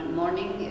morning